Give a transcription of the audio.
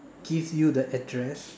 gives you the address